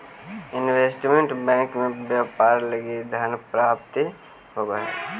investment bank से व्यापार लगी धन प्राप्ति होवऽ हइ